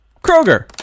kroger